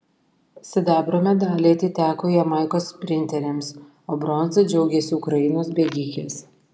sidabro medaliai atiteko jamaikos sprinterėms o bronza džiaugėsi ukrainos bėgikės